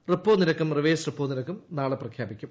repo നിരക്കും reverse repo നിരക്കും നാളെ പ്രഖ്യാപിക്കും